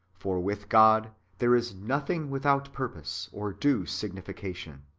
for with god there is nothing without purpose or due signification.